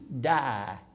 die